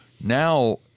Now